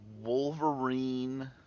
Wolverine